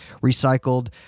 recycled